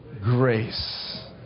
grace